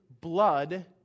blood